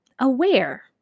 Aware